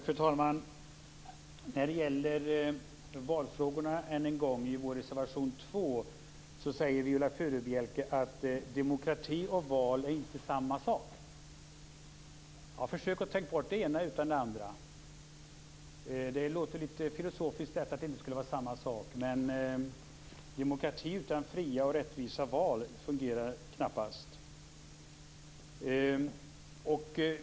Fru talman! Reservation 2 rör valfrågor. Viola Furubjelke säger att demokrati och val inte är samma sak. Försök att tänka bort det ena utan det andra! Det låter litet filosofiskt att de inte skulle vara samma sak. Det fungerar knappast med demokrati utan fria och rättvisa val.